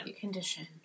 condition